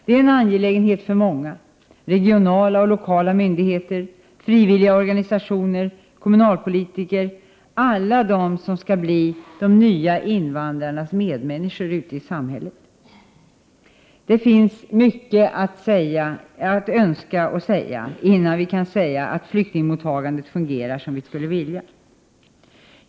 Det är en angelägenhet för många, regionala och lokala myndigheter, frivilliga organisationer, kommunalpolitiker, alla de som skall bli de nya invandrarnas medmänniskor ute i samhället. Det finns mycket övrigt att önska, innan vi kan säga att flyktingmottagandet fungerar som vi skulle vilja.